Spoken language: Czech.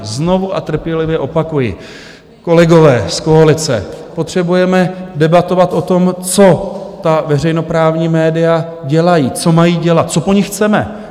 Znovu a trpělivě opakuji, kolegové z koalice, potřebujeme debatovat o tom, co ta veřejnoprávní média dělají, co mají dělat, co po nich chceme.